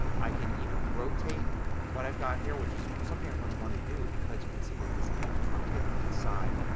i can even rotate what i've got here which is something i'm going to want to do because you can see this image is rotated on its side.